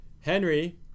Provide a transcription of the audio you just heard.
Henry